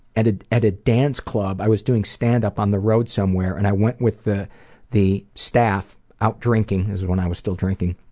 at ah at a dance club. i was doing standup on the road somewhere and i went with the the staff out drinking, this is when i was still drinking.